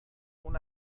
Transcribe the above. اون